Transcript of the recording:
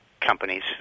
companies